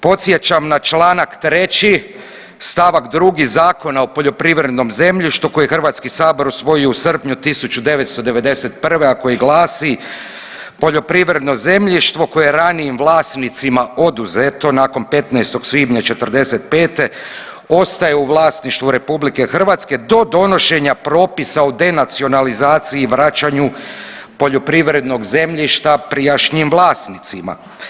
Podsjećam na Članak 3. stavak 2. Zakona o poljoprivrednom zemljištu koji je Hrvatski sabor usvojio u srpnju 1991., a koji glasi poljoprivredno zemljište koje je ranijim vlasnicima oduzeto nakon 15. svibnja '45. ostaje u vlasništvu RH do donošenja propisa o denacionalizaciji i vraćanju poljoprivrednog zemljišta prijašnjim vlasnicima.